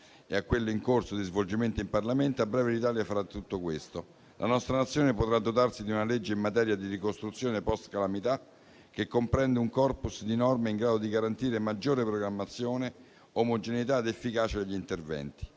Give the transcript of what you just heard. e a quello in corso di svolgimento in Parlamento, a breve l'Italia farà tutto questo. La nostra Nazione potrà dotarsi di una legge in materia di ricostruzione post-calamità che comprende un *corpus* di norme in grado di garantire maggiore programmazione, omogeneità ed efficacia degli interventi.